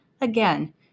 again